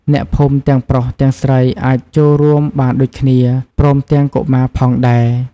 អ្នកភូមិទាំងប្រុសទាំងស្រីអាចចូលរួមបានដូចគ្នា ព្រមទាំងកុមារផងដែរ។